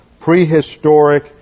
prehistoric